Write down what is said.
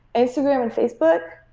instagram and facebook,